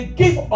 give